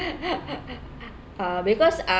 uh because uh